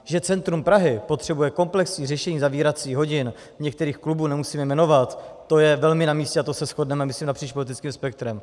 Že centrum Prahy potřebuje komplexní řešení zavíracích hodin některých klubů, nemusím jmenovat, to je velmi namístě a to se shodneme myslím napříč politickým spektrem.